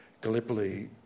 Gallipoli